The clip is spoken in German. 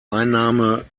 einnahme